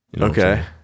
Okay